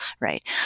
right